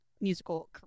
musical